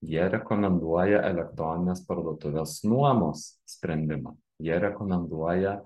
jie rekomenduoja elektroninės parduotuvės nuomos sprendimą jie rekomenduoja